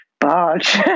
barge